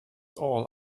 all